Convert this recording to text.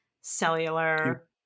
cellular